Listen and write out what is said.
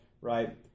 Right